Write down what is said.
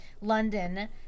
London